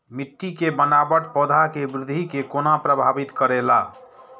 मिट्टी के बनावट पौधा के वृद्धि के कोना प्रभावित करेला?